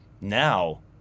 Now